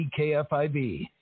KFIB